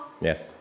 Yes